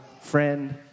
friend